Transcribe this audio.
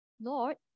Lord